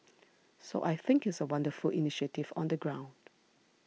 so I think it's a wonderful initiative on the ground